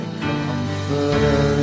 comforter